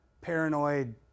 paranoid